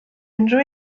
unrhyw